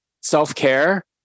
self-care